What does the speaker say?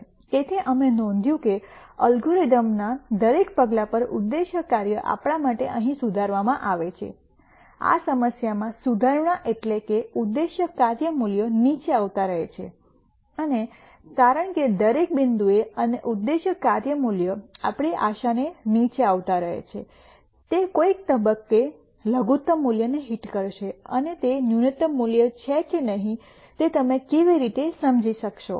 તેથી અમે નોંધ્યું છે કે અલ્ગોરિધમનો દરેક પગલા પર ઉદ્દેશ્ય કાર્ય આપણા માટે અહીં સુધારવામાં આવે છે આ સમસ્યામાં સુધારણા એટલે ઉદ્દેશ્ય કાર્ય મૂલ્ય નીચે આવતા રહે છે અને કારણ કે દરેક બિંદુએ અને ઉદ્દેશ્ય કાર્ય મૂલ્ય આપણી આશાને નીચે આવતા રહે છે તે કોઈક તબક્કે તે લઘુત્તમ મૂલ્યને હિટ કરશે તે ન્યુનત્તમ મૂલ્ય છે કે નહીં તે તમે કેવી રીતે સમજી શકશો